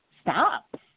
Stop